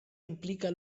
implica